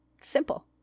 Simple